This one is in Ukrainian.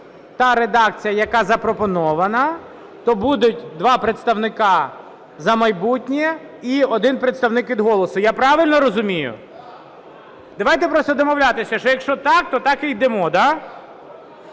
та редакція, яка запропонована, то будуть два представники "За майбутнє" і один представник від ""Голосу". Я правильно розумію? Давайте просто домовлятися, що якщо так, то так і йдемо. Так?